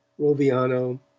roviano,